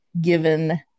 given